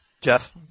Jeff